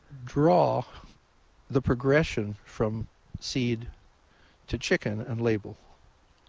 draw the progression from seed to chicken and label.